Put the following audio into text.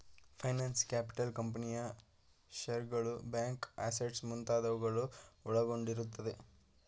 finance capital ಕಂಪನಿಯ ಶೇರ್ಸ್ಗಳು, bank assets ಮುಂತಾದವುಗಳು ಒಳಗೊಂಡಿರುತ್ತದೆ